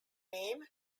name